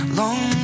long